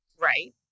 right